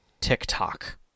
TikTok